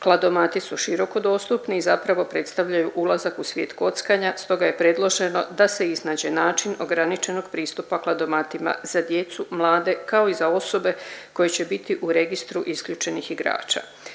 Kladomati su široko dostupni i zapravo predstavljaju ulazak u svijet kockanja, stoga je predloženo da se iznađe način ograničenog pristupa kladomatima za djecu, mlade, kao i za osobe koje će biti u Registru isključenih igrača.